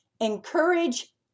encourage